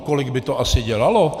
Kolik by to asi dělalo?